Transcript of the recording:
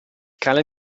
cane